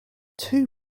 two